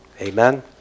amen